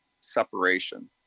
separation